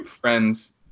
Friends